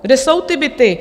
Kde jsou ty byty?